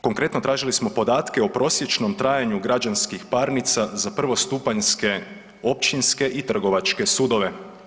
Konkretno tražili smo podatke o prosječnom trajanju građanskih parnica za prvostupanjske općinske i trgovačke sudove.